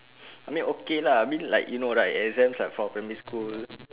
I mean okay lah I mean like you know right exams are for primary school